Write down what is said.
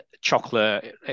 chocolate